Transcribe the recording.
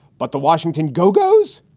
but the washington go goes.